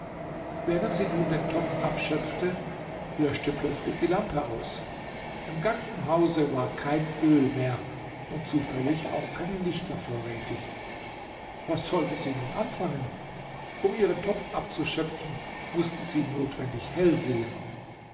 während sie nun den topf abschöpfte löschte plötzlich die lampe aus im ganzen hause war kein öl mehr und zufällig auch keine lichter vorrätig was sollte sie nun anfangen um ihren topf abzuschöpfen mußte sie notwendig hell